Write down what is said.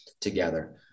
together